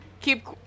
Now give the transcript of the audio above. keep